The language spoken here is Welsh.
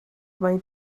mae